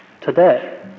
today